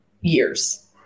years